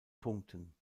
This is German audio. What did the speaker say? punkten